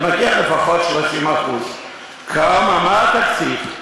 אז מגיע לפחות 30%. מה התקציב,